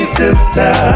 sister